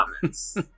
comments